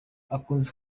akunze